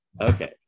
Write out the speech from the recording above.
okay